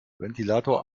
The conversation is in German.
ventilator